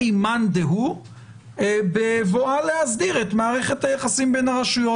מאן דהוא בבואה להסדיר את מערכת היחסים בין הרשויות.